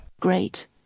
Great